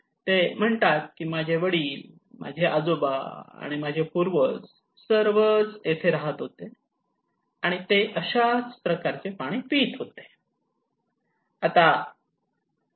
ते म्हणतात की माझे वडील माझे आजोबाआणि माझे पूर्वज ते सर्व इथे राहत होते आणि ते अशाच प्रकारचे पाणी पीत होते